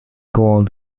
gold